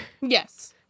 Yes